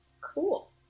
Cool